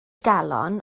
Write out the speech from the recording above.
galon